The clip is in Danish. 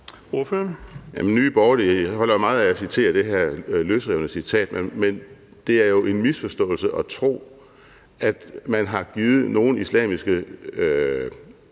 Nye Borgerlige holder jo meget af at citere det her løsrevne citat, men det er jo en misforståelse at tro, at man har givet nogen islamiske